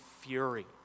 fury